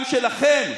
גם שלכם,